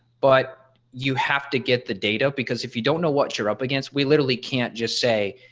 but you have to get the data because if you don't know what you're up against we literally can't just say,